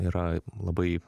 yra labai